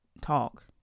talk